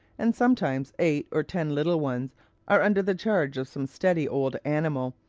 and sometimes eight or ten little ones are under the charge of some steady old animal,